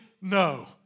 no